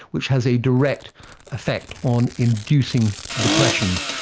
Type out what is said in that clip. which has a direct effect on inducing depression.